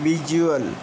visual